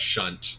shunt